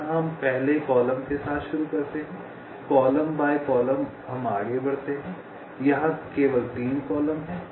यहां हम पहले कॉलम के साथ शुरू करते हैं कॉलम बाय कॉलम हम आगे बढ़ते हैं यहां केवल 3 कॉलम हैं